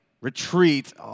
retreat